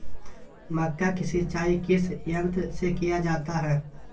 मक्का की सिंचाई किस यंत्र से किया जाता है?